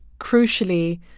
crucially